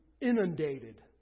inundated